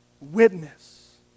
witness